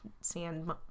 sand